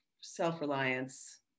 self-reliance